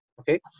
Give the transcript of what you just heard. okay